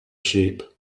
sheep